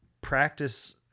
practice